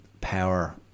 power